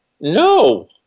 no